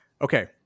Okay